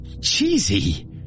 cheesy